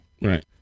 Right